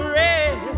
red